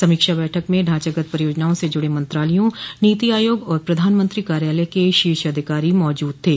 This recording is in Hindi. समीक्षा बैठक में ढाचागत परियोजनाओं से जुड़े मंत्रालयों नीति आयोग और प्रधानमंत्री कार्यालय के शीर्ष अधिकारी मौजूद थे